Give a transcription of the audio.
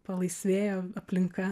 palaisvėjo aplinka